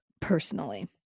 personally